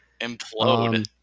implode